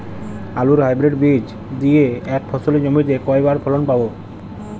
আলুর হাইব্রিড বীজ দিয়ে এক ফসলী জমিতে কয়বার ফলন পাব?